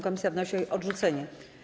Komisja wnosi o jej odrzucenie.